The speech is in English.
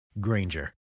Granger